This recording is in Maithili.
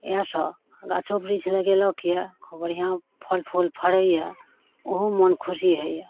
इएहसब गाछो बिरिछ लगेलक यऽ खूब बढ़िआँ फल फूल फड़ैए ओहो मोन खुशी होइए